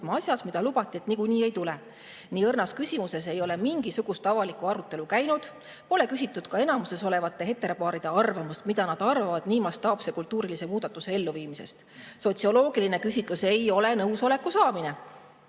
[sel moel muudatust] ei tule. Nii õrnas küsimuses ei ole mingisugust avalikku arutelu käinud. Pole küsitud ka enamuses olevate heteropaaride arvamust, mida nad arvavad nii mastaapse kultuurilise muudatuse elluviimisest. Sotsioloogiline küsitlus ei ole nõusoleku saamine.